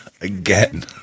Again